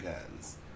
guns